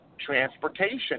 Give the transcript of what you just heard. transportation